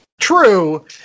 True